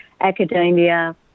academia